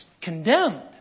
condemned